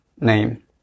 name